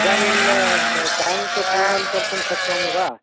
इदानीं टेङ्क् पूर्ण्ं कर्तुं शक्नोमि वा